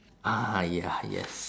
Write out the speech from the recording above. ah ya yes